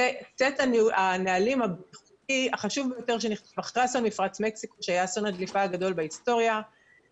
סט הנהלים החשוב ביותר אחרי אסון הדליפה הגדול בהיסטוריה במפרץ מקסיקו.